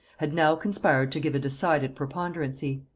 had now conspired to give a decided preponderancy.